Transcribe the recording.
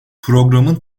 programın